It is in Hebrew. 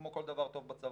כמו כל דבר טוב בצבא,